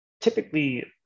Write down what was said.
typically